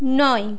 নয়